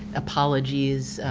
apologies,